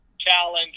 challenge